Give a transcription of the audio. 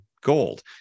gold